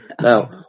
Now